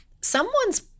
someone's